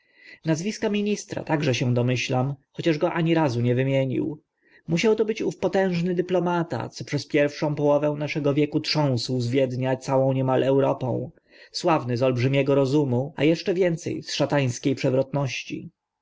nazwiska ministra także się domyślam chociaż go ani razu nie wymienił musiał to być ów potężny dyplomata co przez pierwszą połowę naszego wieku trząsł z wiednia całą niemal europą sławny z olbrzymiego rozumu a eszcze więce z szatańskie przewrotności